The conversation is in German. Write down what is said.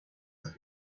ist